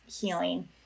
healing